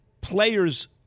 players